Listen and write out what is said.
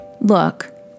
Look